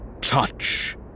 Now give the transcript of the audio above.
Touch